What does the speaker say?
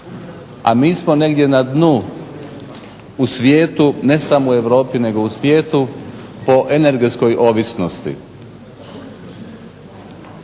a mi smo negdje na dnu u svijetu ne samo u Europi nego u svijetu po energetskoj ovisnosti.